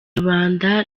rubanda